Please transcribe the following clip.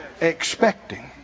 expecting